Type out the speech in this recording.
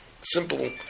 simple